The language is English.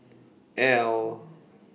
Elle